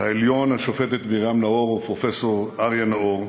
העליון השופטת מרים נאור ופרופסור אריה נאור,